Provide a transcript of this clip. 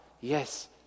yes